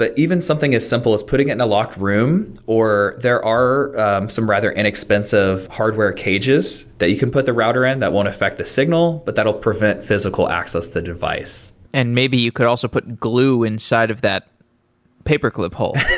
but even something as simple as putting it in a locked room, or there are some rather inexpensive hardware cages that you can put the router in that won't affect the signal, but that will prevent physical access to the device and maybe you could also put glue inside of that paperclip hole